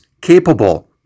capable